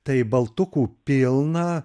tai baltukų pilna